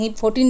14